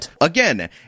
again